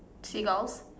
seagulls